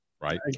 right